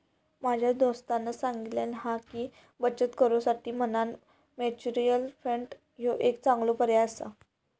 माझ्या दोस्तानं सांगल्यान हा की, बचत करुसाठी म्हणान म्युच्युअल फंड ह्यो एक चांगलो पर्याय आसा